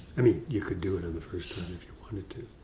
i mean, you could do it on the first time if you wanted to.